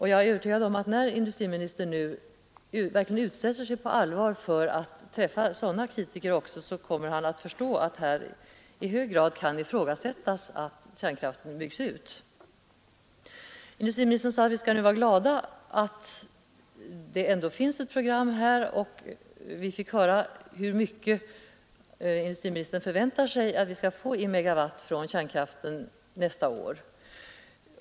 Jag är övertygad om att industriministern, när han nu på allvar utsätter sig för att träffa också sådana kritiker, kommer att förstå att ett beslut att bygga ut kärnkraften i hög grad kan ifrågasättas. Industriministern sade att vi skall vara glada att det finns ett program, och vi fick höra hur många megawatt industriministern förväntar att vi skall få genom kärnkraften nästa år.